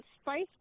Spice